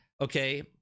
okay